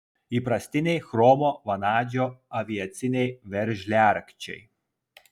įprastiniai chromo vanadžio aviaciniai veržliarakčiai